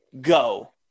go